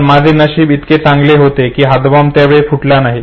पण माझे नशीब इतके चांगले होते की हातबॉम्ब त्यावेळी फुटला नाही